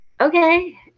Okay